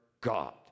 God